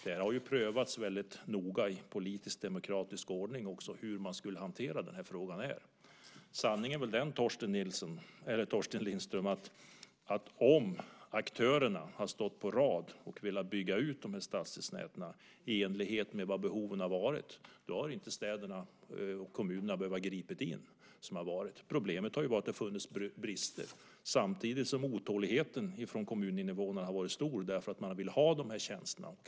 Det har prövats väldigt noga i politisk demokratisk ordning hur man skulle hantera den här frågan. Sanningen är väl den, Torsten Lindström, att om aktörerna hade stått på rad och velat bygga ut stadsdelsnäten i enlighet med behoven hade inte kommunerna behövt gripa in. Problemet har varit att det har funnits brister samtidigt som otåligheten från kommuninvånarna har varit stor. Man vill ha de här tjänsterna.